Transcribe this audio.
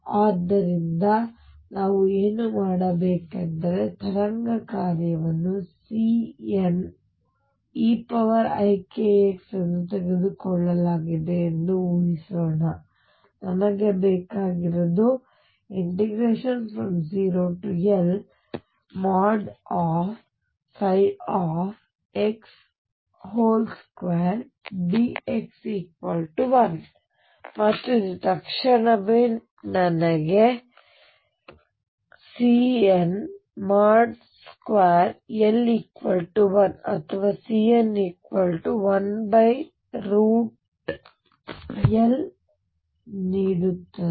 ಆದ್ದರಿಂದ ನಾವು ಏನು ಮಾಡಬೇಕೆಂದರೆ ತರಂಗ ಕಾರ್ಯವನ್ನು CNeikxಎಂದು ತೆಗೆದುಕೊಳ್ಳಲಾಗಿದೆ ಎಂದು ಊಹಿಸೋಣ ನಮಗೆ ಬೇಕಾಗಿರುವುದು 0Lx2 dx1 ಮತ್ತು ಇದು ತಕ್ಷಣವೇ ನನಗೆ CN2L1 ಅಥವಾ CN1L ನೀಡುತ್ತದೆ